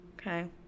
Okay